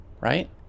right